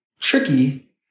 tricky